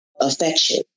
affection